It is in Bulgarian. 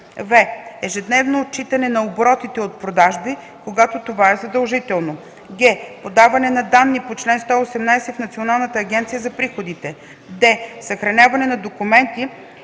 в) ежедневно отчитане на оборотите от продажби, когато това е задължително; г) подаване на данни по чл. 118 в Националната агенция за приходите; д) съхраняване на документи,